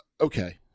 Okay